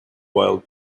while